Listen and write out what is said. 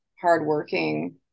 hardworking